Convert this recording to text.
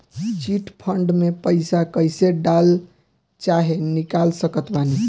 Chit fund मे पईसा कईसे डाल चाहे निकाल सकत बानी?